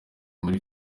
muri